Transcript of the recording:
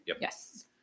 Yes